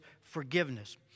forgiveness